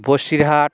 Basirhat